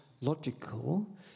logical